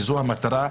וזאת המטרה,